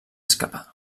escapar